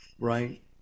Right